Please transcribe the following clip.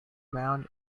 round